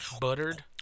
Buttered